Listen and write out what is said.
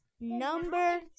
Number